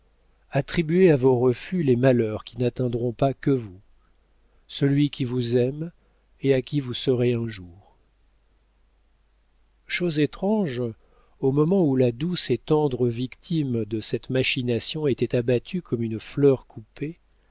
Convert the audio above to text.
attribuez à vos refus les malheurs qui n'atteindront pas que vous celui qui vous aime et à qui vous serez un jour chose étrange au moment où la douce et tendre victime de cette machination était abattue comme une fleur coupée